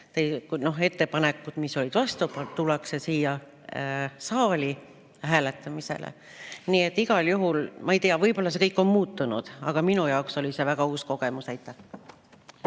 ettepanekud, millele oldi vastu, siia saali hääletamisele. Nii et igal juhul, ma ei tea, võib-olla see kõik on muutunud, aga minu jaoks oli see väga uus kogemus.